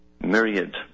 myriad